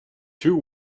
two